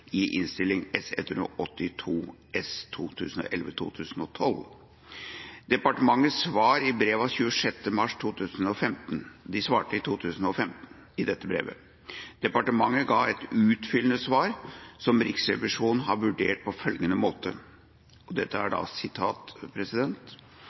182 S for 2011–2012. Departementet svarte i brev 26. mars 2015. Departementet ga et utfyllende svar, som Riksrevisjonen har vurdert på følgende måte: «Riksrevisjonen registrerer at det er